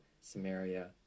samaria